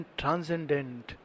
transcendent